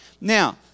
Now